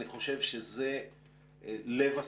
אני חושב שזה לב הסיפור.